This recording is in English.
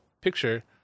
picture